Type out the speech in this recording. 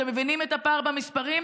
אתם מבינים את הפער במספרים?